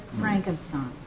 Frankenstein